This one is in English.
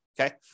Okay